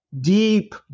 deep